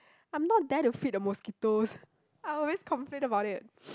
I'm not there to feed the mosquitos I always complain about it